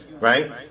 Right